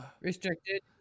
restricted